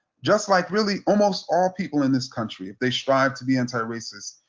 just like really almost all people in this country, if they strive to be anti-racist,